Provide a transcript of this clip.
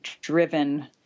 driven